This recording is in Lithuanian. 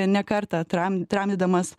ne kartą tram tramdydamas